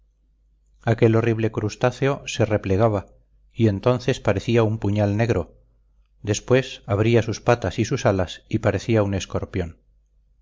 aquel horrible crustáceo se replegaba y entonces parecía un puñal negro después abría sus patas y sus alas y parecía un escorpión